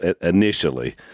initially